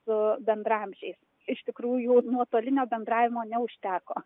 su bendraamžiais iš tikrųjų nuotolinio bendravimo neužteko